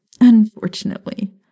Unfortunately